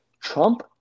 Trump